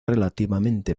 relativamente